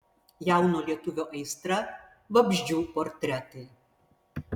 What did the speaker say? jauno lietuvio aistra vabzdžių portretai